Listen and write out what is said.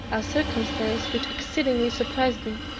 a circumstance which exceedingly surprised me.